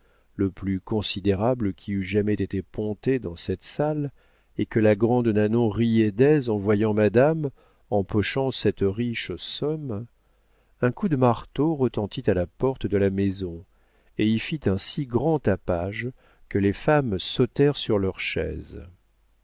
le plus considérable qui eût jamais été ponté dans cette salle et que la grande nanon riait d'aise en voyant madame empochant cette riche somme un coup de marteau retentit à la porte de la maison et y fit un si grand tapage que les femmes sautèrent sur leurs chaises